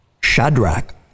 Shadrach